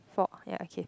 four ya okay